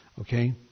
Okay